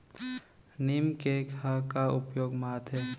नीम cake ह का उपयोग मा आथे?